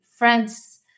Friends